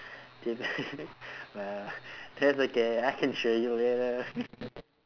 !wah! that's okay I can show you later